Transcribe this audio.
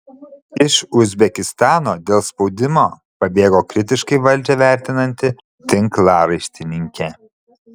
iš uzbekistano dėl spaudimo pabėgo kritiškai valdžią vertinanti tinklaraštininkė